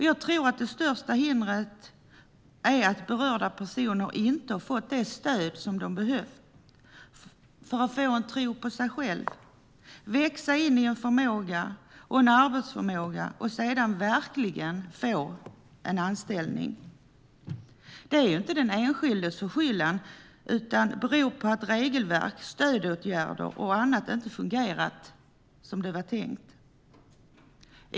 Jag tror att det största hindret är att berörda personer inte har fått det stöd som de har behövt för att få en tro på sig själva, växa in i en förmåga och en arbetsförmåga och sedan verkligen få en anställning. Det är inte den enskildes förskyllan utan beror på att regelverk, stödåtgärder och annat inte har fungerat som det var tänkt.